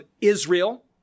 Israel